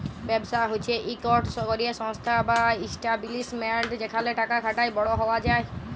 ব্যবসা হছে ইকট ক্যরে সংস্থা বা ইস্টাব্লিশমেল্ট যেখালে টাকা খাটায় বড় হউয়া যায়